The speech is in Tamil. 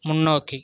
முன்னோக்கி